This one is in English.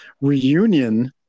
reunion